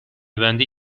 بندی